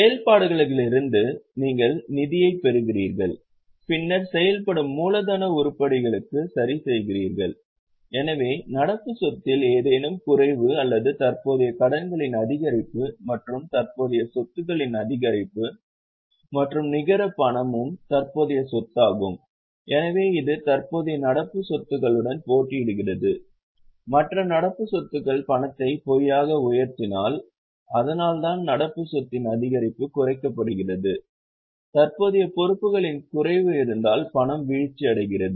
செயல்பாடுகளிலிருந்து நீங்கள் நிதியைப் பெறுகிறீர்கள் பின்னர் செயல்படும் மூலதன உருப்படிகளுக்கு சரிசெய்கிறீர்கள் எனவே நடப்பு சொத்தில் ஏதேனும் குறைவு அல்லது தற்போதைய கடன்களின் அதிகரிப்பு மற்றும் தற்போதைய சொத்துக்களின் அதிகரிப்பு மற்றும் நிகர பணமும் தற்போதைய சொத்தாகும் எனவே இது தற்போதைய நடப்பு சொத்துகளுடன் போட்டியிடுகிறது மற்ற நடப்பு சொத்துக்கள் பணத்தை பொய்யாக உயர்த்தினால் அதனால்தான் நடப்பு சொத்தின் அதிகரிப்பு குறைக்கப்படுகிறது தற்போதைய பொறுப்புகளில் குறைவு இருந்தால் பணம் வீழ்ச்சியடைகிறது